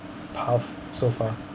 path so far